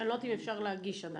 אני לא יודעת אם אפשר להגיש עדיין.